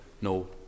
no